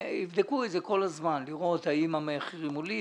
יבדקו את זה כל הזמן לראות האם המחירים עולים,